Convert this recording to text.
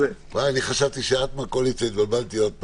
חשבתי שאת מהקואליציה, התבלבלתי עוד פעם.